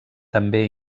també